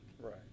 Right